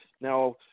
Now